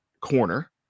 corner